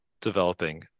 developing